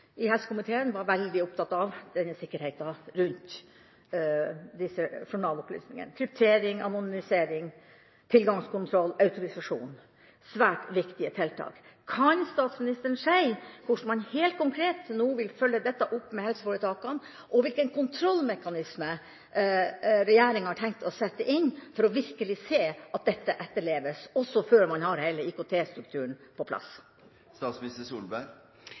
i helsekomiteen var veldig opptatt av sikkerheten rundt disse journalopplysningene: kryptering, anonymisering, tilgangskontroll, autorisasjon – svært viktige tiltak. Kan statsministeren si hvordan man helt konkret nå vil følge dette opp i helseforetakene? Og: Hvilken kontrollmekanisme har regjeringen tenkt å sette inn for virkelig å se at dette etterleves, også før man har hele IKT-strukturen på